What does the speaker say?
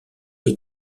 les